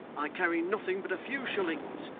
i carry nothing but a few shillings,